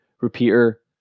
repeater